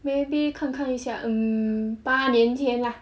maybe 看看一下 um 八年前 lah